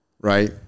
right